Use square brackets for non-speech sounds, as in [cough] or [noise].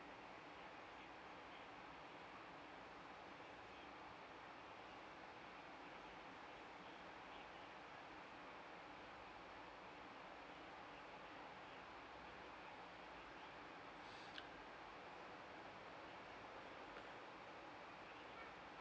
[noise]